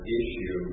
issue